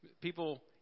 People